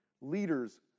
leaders